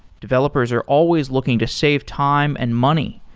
developers are always looking to save time and money,